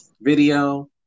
video